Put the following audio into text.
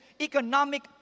economic